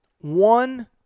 One